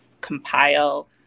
compile